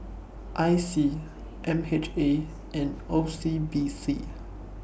I C M H A and O C B C